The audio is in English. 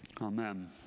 Amen